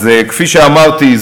כפי שאמרתי,